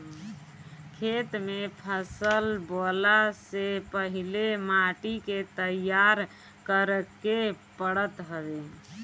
खेत में फसल बोअला से पहिले माटी के तईयार करे के पड़त हवे